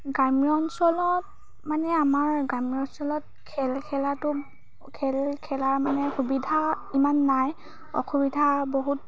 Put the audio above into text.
গ্ৰাম্য অঞ্চলত মানে আমাৰ গ্ৰাম্য অঞ্চলত খেল খেলাটো খেল খেলাৰ মানে সুবিধা ইমান নাই অসুবিধা বহুত